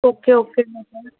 okay ஓகேங்க sir